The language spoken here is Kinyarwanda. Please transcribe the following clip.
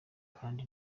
kandi